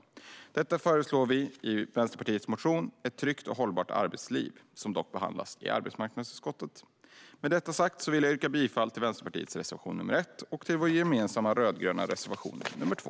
Vänsterpartiet föreslår detta i vår motion Ett tryggt och hållbart arbetsliv , som dock behandlas i arbetsmarknadsutskottet. Med detta sagt vill jag yrka bifall till Vänsterpartiets reservation nr 1 och till vår gemensamma rödgröna reservation nr 2.